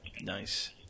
nice